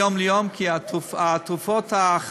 וזה גדל מיום ליום כי התרופות החדשות